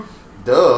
Duh